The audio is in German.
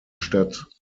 stadt